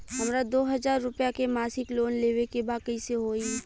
हमरा दो हज़ार रुपया के मासिक लोन लेवे के बा कइसे होई?